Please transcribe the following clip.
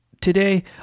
Today